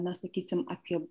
na sakysim apie